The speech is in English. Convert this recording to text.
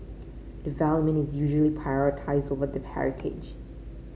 development is usually prioritised over the heritage